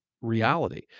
reality